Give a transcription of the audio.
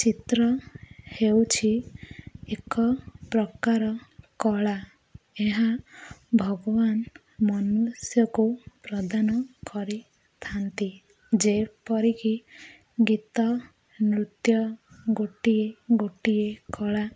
ଚିତ୍ର ହେଉଛି ଏକ ପ୍ରକାର କଳା ଏହା ଭଗବାନ ମନୁଷ୍ୟକୁ ପ୍ରଦାନ କରିଥାନ୍ତି ଯେପରିକି ଗୀତ ନୃତ୍ୟ ଗୋଟିଏ ଗୋଟିଏ କଳା